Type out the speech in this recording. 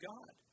God